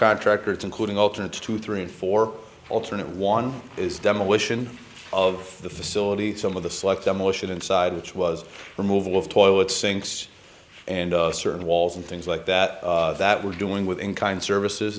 contractors including alternate two three and four alternate one is demolition of the facade some of the select demolition inside which was removal of toilet sinks and certain walls and things like that that we're doing with in kind services